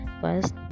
first